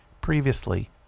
previously